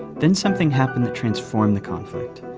then something happened that transformed the conflict.